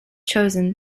chosen